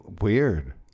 weird